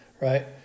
right